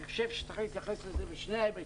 אני חושב שצריך להתייחס לזה בשני ההיבטים,